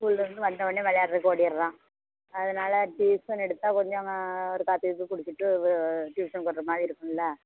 ஸ்கூலிருந்து வந்தோன்னே விளையாட்றத்துக்கு ஓடிடுறான் அதனால் டியூசனு எடுத்தால் கொஞ்சம் ஆ ஒரு காப்பி கீப்பி குடிச்சுட்டு டியூசனுக்கு வரமாதிரி இருக்குமில